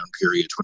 period